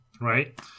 Right